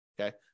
okay